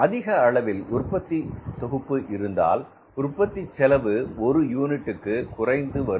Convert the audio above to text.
அதிக அளவில் உற்பத்தி தொகுப்பு இருந்தால் உற்பத்தி செலவு ஒரு யூனிட்டிற்கு குறைந்து வரும்